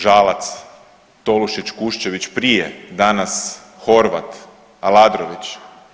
Žalac, Tolušić, Kuščević prije, danas Horvat, Aladrović.